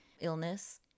illness